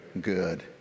good